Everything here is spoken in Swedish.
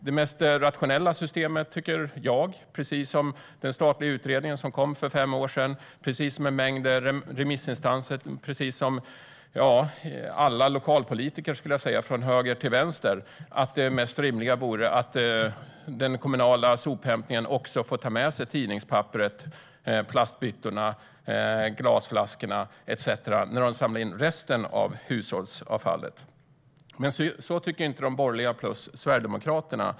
Det mest rationella systemet och det mest rimliga tycker jag, precis som den statliga utredning som kom för fem år sedan, precis som en mängd remissinstanser och precis som alla lokalpolitiker från höger till vänster, vore att den kommunala sophämtningen får ta med sig också tidningspapperet, plastbyttorna, glasflaskorna etcetera när de samlar in resten av hushållsavfallet. Men så tycker inte de borgerliga plus Sverigedemokraterna.